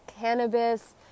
cannabis